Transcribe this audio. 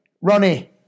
Ronnie